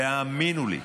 והאמינו לי,